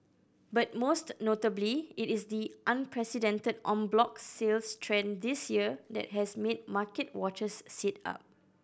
but most notably it is the unprecedented en bloc sales trend this year that has made market watchers sit up